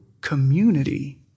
community